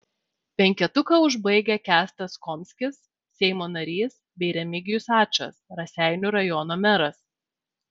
penketuką užbaigia kęstas komskis seimo narys bei remigijus ačas raseinių rajono meras